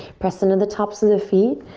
press into the tops of the feet.